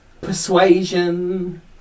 persuasion